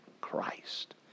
Christ